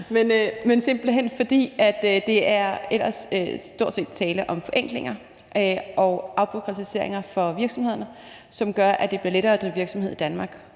men simpelt hen, fordi der ellers stort set er tale om forenklinger og afbureaukratiseringer for virksomhederne, som gør, at det bliver lettere at drive virksomhed i Danmark,